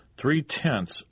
three-tenths